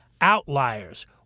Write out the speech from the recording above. Outliers